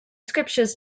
scriptures